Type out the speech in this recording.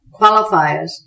Qualifiers